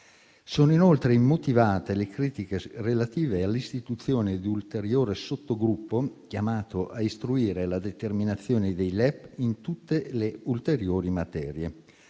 Sono inoltre immotivate le critiche relative all'istituzione di un ulteriore sottogruppo, chiamato a istruire la determinazione dei LEP in tutte le ulteriori materie.